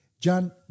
John